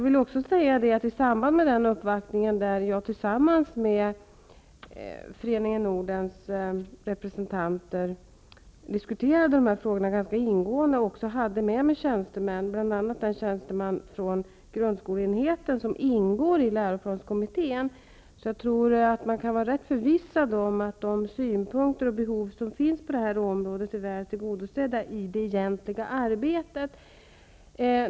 I samband med denna uppvaktning diskuterade jag tillsammans med Föreningen Nordens repre sentanter dessa frågor ganska ingående, och jag hade också med mig tjänstemän, bl.a. den tjänste man från grundskoleenheten som ingår i läro planskommittén. Man kan nog vara rätt förvissad om att de synpunkter och behov som finns på det här området är väl tillgodosedda i det egentliga ar betet.